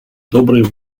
доброй